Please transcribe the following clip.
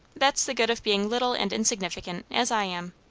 that's the good of being little and insignificant, as i am.